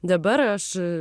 dabar aš